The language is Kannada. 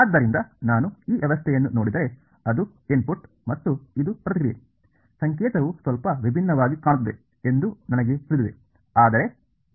ಆದ್ದರಿಂದ ನಾನು ಈ ವ್ಯವಸ್ಥೆಯನ್ನು ನೋಡಿದರೆ ಇದು ಇನ್ಪುಟ್ ಮತ್ತು ಇದು ಪ್ರತಿಕ್ರಿಯೆ ಸಂಕೇತವು ಸ್ವಲ್ಪ ವಿಭಿನ್ನವಾಗಿ ಕಾಣುತ್ತದೆ ಎಂದು ನನಗೆ ತಿಳಿದಿದೆ ಆದರೆ ಅದು